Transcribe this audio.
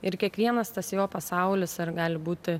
ir kiekvienas tas jo pasaulis ar gali būti